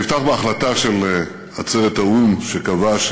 אני אפתח בהחלטה של עצרת האו"ם, שקבעה,